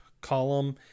column